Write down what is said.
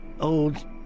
old